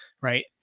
Right